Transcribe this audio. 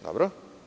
Dobro.